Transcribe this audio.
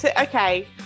Okay